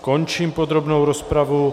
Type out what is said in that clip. Končím podrobnou rozpravu.